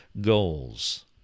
goals